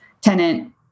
tenant